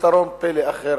פתרון פלא אחר,